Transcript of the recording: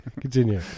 Continue